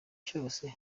cyose